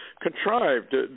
contrived